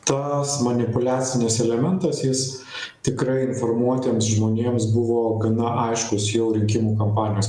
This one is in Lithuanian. tas manipuliacinis elementas jis tikrai informuotiems žmonėms buvo gana aiškus jau rinkimų kampanijos